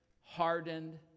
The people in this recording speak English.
hardened